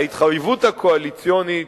ההתחייבות הקואליציונית